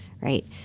right